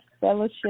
fellowship